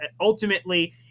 ultimately